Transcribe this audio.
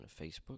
Facebook